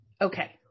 Okay